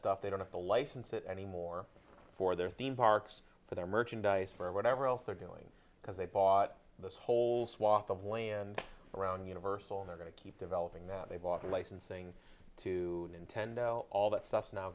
stuff they don't have to license it anymore for their theme parks for their merchandise for whatever else they're doing because they bought this whole swath of land around universal they're going to keep developing that they've offered licensing to intend all that stuff is now